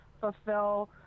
Fulfill